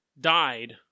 died